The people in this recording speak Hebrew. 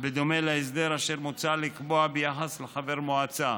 בדומה להסדר אשר מוצע לקבוע ביחס לחבר מועצה,